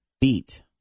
Beat